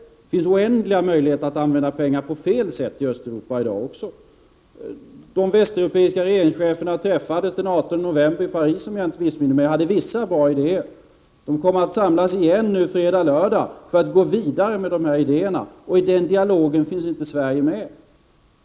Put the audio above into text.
Det finns oändliga möjligheter att använda pengar på fel sätt i Östeuropa i dag också. De västeuropeiska regeringscheferna träffades den 18 november i Paris, om jag inte missminner mig, och hade vissa bra idéer. De kommer att samlas nu igen fredag-lördag, för att gå vidare med de här idéerna, och i den dialogen finns inte Sverige med.